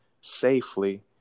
safely